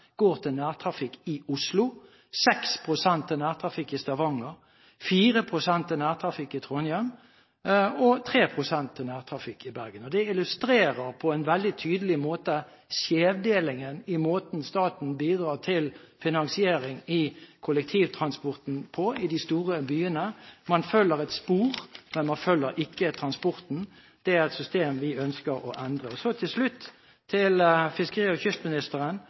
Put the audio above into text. går til nærtrafikk i Oslo, 6 pst. til nærtrafikk i Stavanger, 4 pst. til nærtrafikk i Trondheim og 3 pst. til nærtrafikk i Bergen. Det illustrerer på en veldig tydelig måte skjevdelingen i måten staten bidrar til finansiering av kollektivtransporten på i de store byene. Man følger et spor, men man følger ikke transporten. Det er et system vi ønsker å endre. Så til slutt til fiskeri- og kystministeren